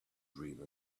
dream